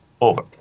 over